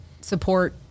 support